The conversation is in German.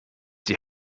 die